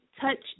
touch